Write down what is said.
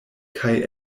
kaj